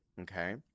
okay